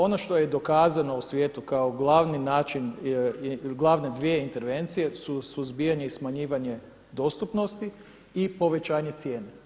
Ono što je dokazano u svijetu kao glavni način, glavne dvije intervencije su suzbijanje i smanjivanje dostupnosti i povećanje cijene.